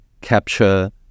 capture